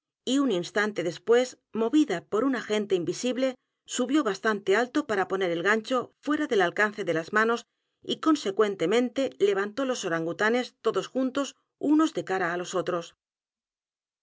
y un instante después movida por un agente invisible subió bastante alto para poner el gancho fuera del alcance de las manos y consecuentemente levantó los o r a n g u tanes todos juntos unos de c a r a á los otros